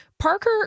Parker